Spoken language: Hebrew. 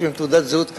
יש להם תעודות זהות,